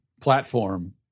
platform